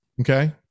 okay